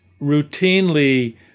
routinely